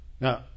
Now